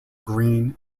green